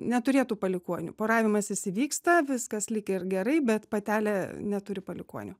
neturėtų palikuonių poravimasis įvyksta viskas lyg ir gerai bet patelė neturi palikuonių